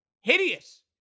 Hideous